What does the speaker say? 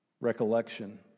recollection